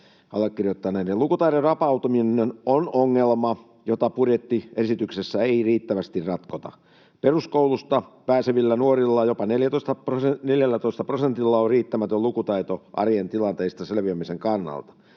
allekirjoittaneille! Lukutaidon rapautuminen on ongelma, jota budjettiesityksessä ei riittävästi ratkota. Peruskoulusta pääsevistä nuorista jopa 14 prosentilla on riittämätön lukutaito arjen tilanteista selviämisen kannalta.